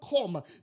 come